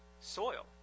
soil